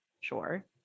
sure